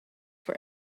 for